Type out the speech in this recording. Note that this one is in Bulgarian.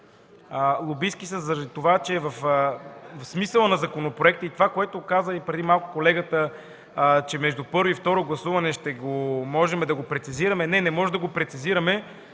Лобистки са, защото по смисъла на законопроекта и това, което каза преди малко колегата, че между първо и второ гласуване може да го прецизираме – не, не можем да го прецизираме,